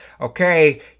okay